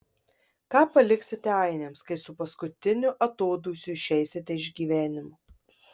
ką paliksite ainiams kai su paskutiniu atodūsiu išeisite iš gyvenimo